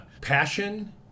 Passion